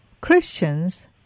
Christians